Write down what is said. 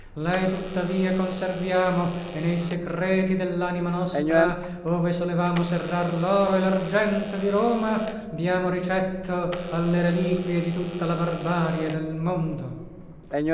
ricchezze lei tuttavia conserviamo e nei secreti dellanima nostra ove solevamo serrar loro e largento di roma diamo ricetto alle reliquie di tutta la barbarie del mondo